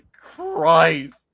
christ